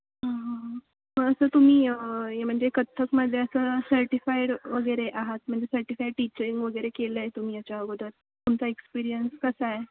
हां हां हां सर तुम्ही म्हणजे कथ्थकमध्ये असं सर्टिफाईड वगैरे आहात म्हणजे सर्टिफाईड टीचरिंग वगैरे केले आहे तुम्ही याच्या अगोदर तुमचा एक्सपीरियन्स कसा आहे